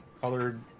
colored